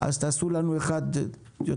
אז תעשו לנו יותר לצעירים.